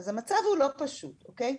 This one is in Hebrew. אז המצב הוא לא פשוט, אוקיי?